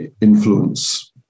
influence